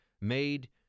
made